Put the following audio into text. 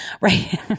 right